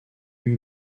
lui